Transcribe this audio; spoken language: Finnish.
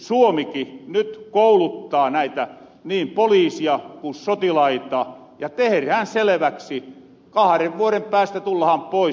eli suomiki nyt kouluttaa näitä niin poliisia ku sotilaita ja tehrähän selväksi jotta kahren vuoren päästä tullahan pois